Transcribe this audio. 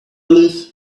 live